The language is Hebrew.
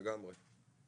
לגמרי.